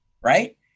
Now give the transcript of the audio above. Right